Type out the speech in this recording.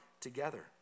together